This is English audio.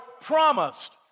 promised